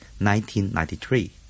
1993